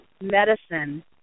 medicine